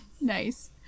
Nice